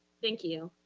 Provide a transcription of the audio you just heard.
thank you.